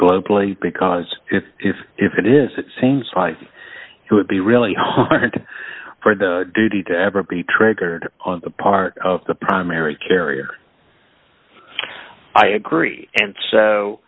globally because if if if it is that same size it would be really hard for the duty to ever be triggered on the part of the primary carrier i agree and so